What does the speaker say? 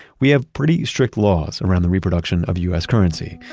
we have pretty strict laws around the reproduction of u s. currency,